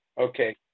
okay